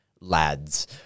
lads